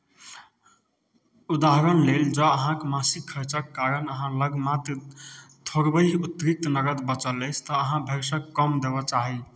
उदाहरण लेल जँ अहाँक मासिक खर्चक कारण अहाँ लग मात्र थोड़बहि अतिरिक्त नगद बचल अछि तऽ अहाँ भरिसक कम देबाक चाही